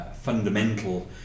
fundamental